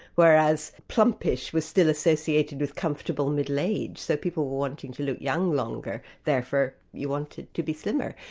whereas plumpish was still associated with comfortable middle-age, so people were wanting to look young longer, therefore you wanted to be slimmer.